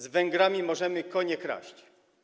Z Węgrami możemy konie kraść.